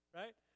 right